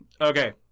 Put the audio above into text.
Okay